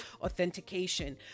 authentication